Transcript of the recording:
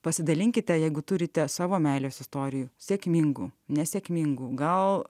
pasidalinkite jeigu turite savo meilės istorijų sėkmingų nesėkmingų gal